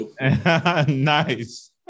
nice